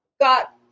got